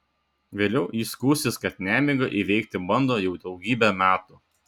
vėliau ji skųsis kad nemigą įveikti bando jau daugybę metų